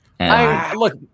Look